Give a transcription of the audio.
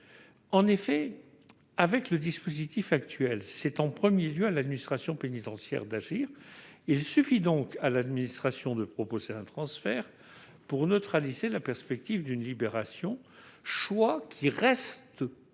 amendement. Avec le dispositif actuel, c'est en premier lieu à l'administration pénitentiaire d'agir. Il lui suffit donc de proposer un transfert pour neutraliser la perspective d'une libération, choix qui reste possible